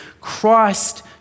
Christ